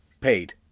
paid